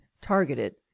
targeted